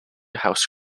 house